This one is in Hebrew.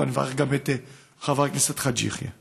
ואני מברך גם את חבר הכנסת חאג' יחיא.